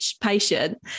patient